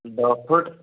دٔہ فُٹ